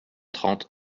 trente